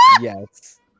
Yes